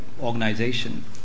organization